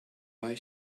why